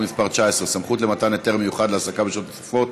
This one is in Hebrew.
מס' 19) (סמכות למתן היתר מיוחד להעסקה בשעות נוספות